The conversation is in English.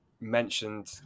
mentioned